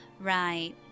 Right